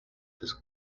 this